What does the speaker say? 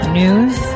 news